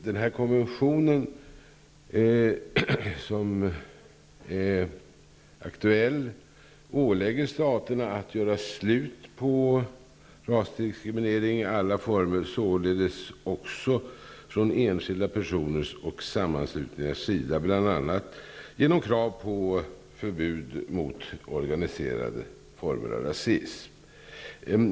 Den aktuella konventionen ålägger staterna att göra slut på rasdiskriminering i alla former, således också från enskilda personers och sammanslutningars sida, bl.a. genom krav på förbud mot organiserade former av rasism.